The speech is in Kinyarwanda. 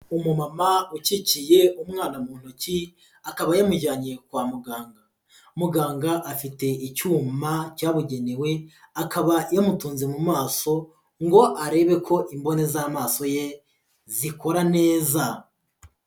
Umumama ukikiye umwana mu ntoki akaba yamujyanye kwa muganga, muganga afite icyuma cyabugenewe, akaba yamutunze mu maso ngo arebe ko imboni z'amaso ye zikora neza.